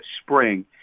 spring